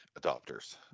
adopters